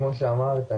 כמו שאמרת,